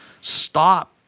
Stop